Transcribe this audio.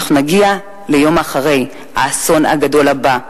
אנחנו נגיע ליום אחרי האסון הגדול הבא,